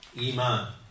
Iman